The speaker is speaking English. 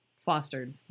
fostered